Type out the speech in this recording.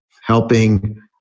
helping